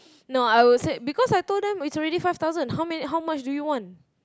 no I would said because I told them its already five thousand how many how much do you want